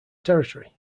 territory